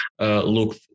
look